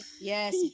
Yes